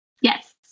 Yes